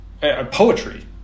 poetry